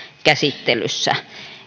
käsittelyssä